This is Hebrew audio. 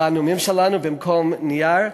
בנאומים שלנו במקום בנייר.